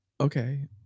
Okay